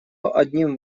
одним